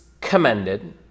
commended